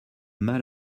mal